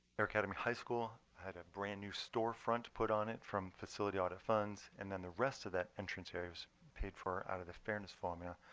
air academy high school i had a brand new storefront put on it from facility audit funds. and then the rest of that entrance area was paid for out of the fairness formula.